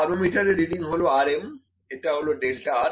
থার্মোমিটারে reading হল Rmএটা হল ডেল্টা r